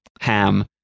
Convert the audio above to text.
ham